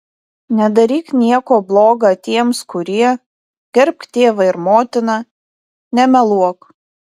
nedaryk nieko bloga tiems kurie gerbk tėvą ir motiną nemeluok